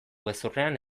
gezurrean